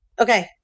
Okay